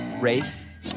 race